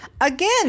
Again